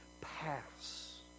pass